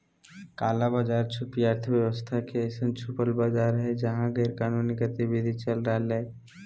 काला बाज़ार छुपी अर्थव्यवस्था के अइसन छुपल बाज़ार हइ जहा गैरकानूनी गतिविधि चल रहलय